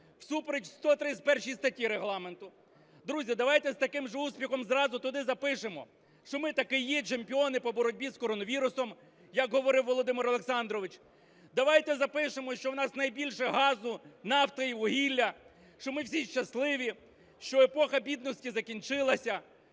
всупереч 131 статті Регламенту. Друзі, давайте з таким же успіхом зразу туди запишемо, що ми таки є чемпіони по боротьбі з коронавірусом, як говорив Володимир Олександрович, давайте запишемо, що у нас найбільше газу, нафти і вугілля, що ми всі щасливі, що епоха бідності закінчилася.